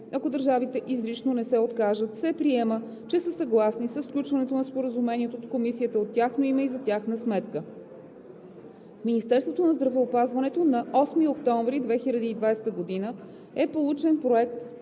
ако държавите изрично не се откажат, се приема, че са съгласни със сключването на споразумението от Комисията от тяхно име и за тяхна сметка. В Министерството на здравеопазването на 8 октомври 2020 г. е получен проект